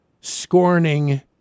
scorning